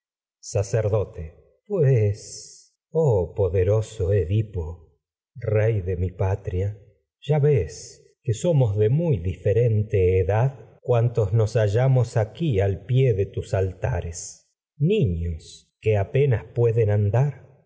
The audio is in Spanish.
sacerdote pues oh poderoso edipo rey de mi patria ya ves que somos de muy diferente edad euanramos de olivo tragedias de sófocles tos nos hallamos aquí al pie de tus altares niños que apenas por son pueden andar